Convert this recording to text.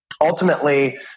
ultimately